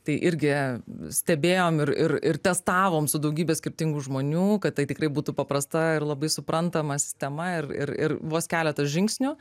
tai irgi stebėjom ir ir ir testavom su daugybe skirtingų žmonių kad tai tikrai būtų paprasta ir labai suprantama sistema ir ir ir vos keletas žingsnių